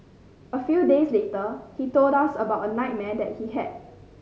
a few days later he told us about a nightmare he had